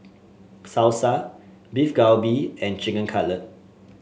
Salsa Beef Galbi and Chicken Cutlet